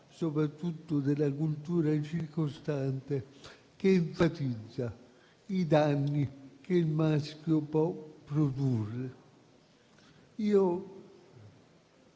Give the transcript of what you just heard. soprattutto nella cultura circostante, che enfatizza i danni che il maschio può produrre.